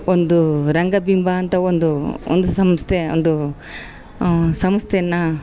ಒಂದು ರಂಗ ಬಿಂಬ ಅಂತ ಒಂದು ಒಂದು ಸಂಸ್ಥೆ ಒಂದು ಸಂಸ್ಥೆ